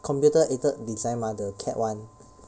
computer aided design mah the C_A_D one